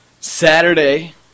Saturday –